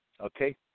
Okay